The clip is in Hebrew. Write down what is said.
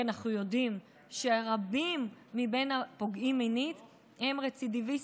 כי אנחנו יודעים שרבים מבין הפוגעים מינית הם רצידיביסטים.